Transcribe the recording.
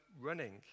running